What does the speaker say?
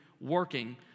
working